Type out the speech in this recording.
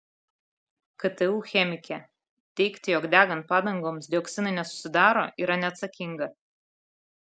ktu chemikė teigti jog degant padangoms dioksinai nesusidaro yra neatsakinga